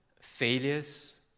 failures